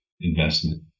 investment